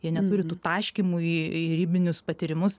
jie neturi tų taškymų į ribinius patyrimus